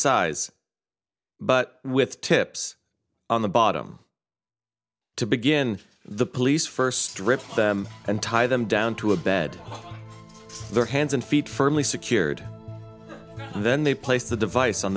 size but with tips on the bottom to begin the police first strip them and tie them down to a bed their hands and feet firmly secured and then they place the device on